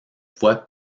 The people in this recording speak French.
fois